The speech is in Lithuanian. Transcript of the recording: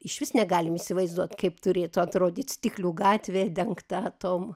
išvis negalim įsivaizduot kaip turėtų atrodyti stiklių gatvė dengta tom